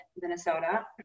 Minnesota